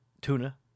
tuna